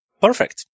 Perfect